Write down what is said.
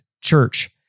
church